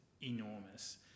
enormous